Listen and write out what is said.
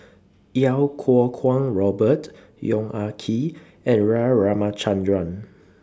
Iau Kuo Kwong Robert Yong Ah Kee and Ra Ramachandran